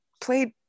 played